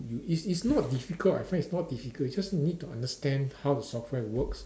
you it's it's not difficult I find it's not difficult you just need to understand how the software works